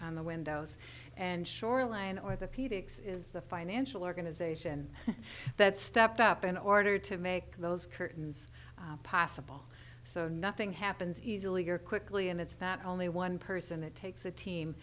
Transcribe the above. on the windows and shoreline or the few digs is the financial organization that stepped up in order to make those curtains possible so nothing happens easily or quickly and it's not only one person that takes a team